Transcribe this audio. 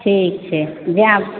ठीक छै जायब